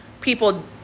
people